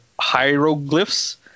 hieroglyphs